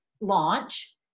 launch